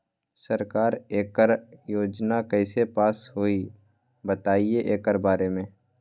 सरकार एकड़ योजना कईसे पास होई बताई एकर बारे मे?